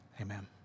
amen